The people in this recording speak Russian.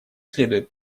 следует